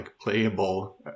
playable